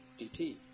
dt